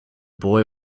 boy